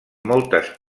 moltes